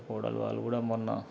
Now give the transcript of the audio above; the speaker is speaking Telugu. మా కోడలు వాళ్ళు కూడ మొన్న